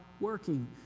working